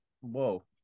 Whoa